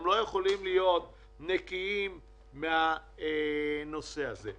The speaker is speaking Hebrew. הם לא יכולים להיות נקיים מהנושא הזה.